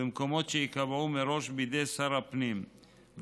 במקומות שיקבע מראש שר הפנים,